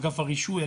אגף הרישוי,